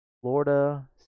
Florida